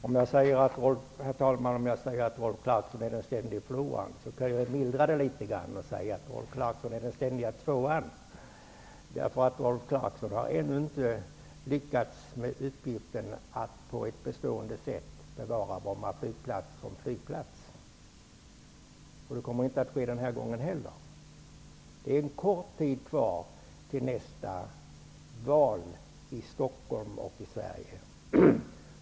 Herr talman! Om jag inte vill säga att Rolf Clarkson är den ständige förloraren, kan jag mildra det litet grand och säga att Rolf Clarkson är den ständige tvåan. Rolf Clarkson har ännu inte lyckats med uppgiften att på ett bestående sätt bevara Bromma flygplats såsom flygplats. Det kommer inte att ske denna gång heller. Det är en kort tid kvar till nästa val i Stockholm och i Sverige.